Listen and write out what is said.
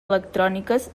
electròniques